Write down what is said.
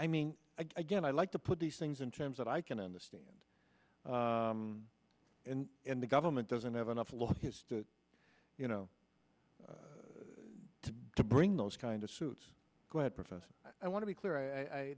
i mean again i like to put these things in terms that i can understand and in the government doesn't have enough laws you know to to bring those kind of suits go ahead professor i want to be clear i